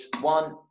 one